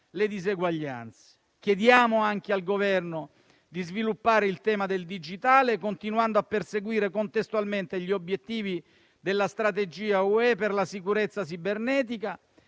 le diseguaglianze. Chiediamo anche al Governo di sviluppare il tema del digitale, continuando a perseguire contestualmente gli obiettivi della strategia UE per la sicurezza cibernetica,